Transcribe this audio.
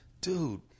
dude